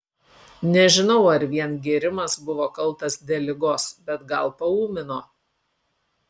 nežinau ar vien gėrimas buvo kaltas dėl ligos bet gal paūmino